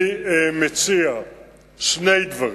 אני מציע שני דברים.